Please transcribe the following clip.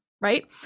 right